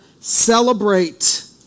Celebrate